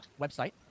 website